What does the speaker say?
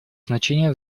значение